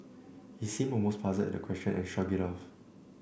he seemed almost puzzled at the question and shrugged it off